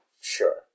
Sure